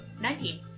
nineteen